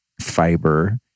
fiber